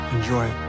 Enjoy